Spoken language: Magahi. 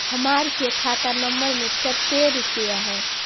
हमार के खाता नंबर में कते रूपैया है?